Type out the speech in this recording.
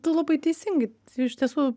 tu labai teisingai iš tiesų